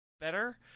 better